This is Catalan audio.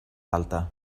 alta